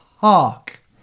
Hark